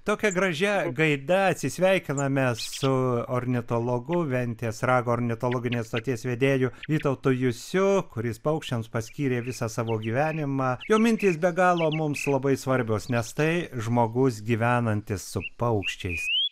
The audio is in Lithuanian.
tokia gražia gaida atsisveikiname su ornitologu ventės rago ornitologinės stoties vedėju vytautu jusiu kuris paukščiams paskyrė visą savo gyvenimą jo mintys be galo mums labai svarbios nes tai žmogus gyvenantis su paukščiais